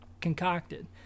concocted